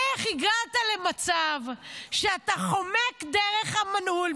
איך הגעת למצב שאתה חומק דרך המנעול,